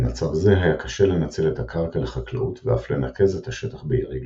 במצב זה היה קשה לנצל את הקרקע לחקלאות ואף לנקז את השטח ביעילות,